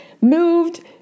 moved